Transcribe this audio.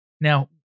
Now